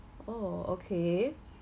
oh okay